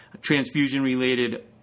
Transfusion-related